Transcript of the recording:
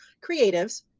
creatives